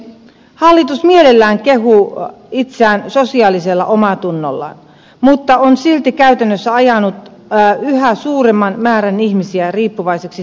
hallitus mielellään kehuu itseään sosiaalisella omatunnollaan mutta on silti käytännössä ajanut yhä suuremman määrän ihmisiä riippuvaiseksi toimeentulotuesta